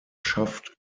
schafft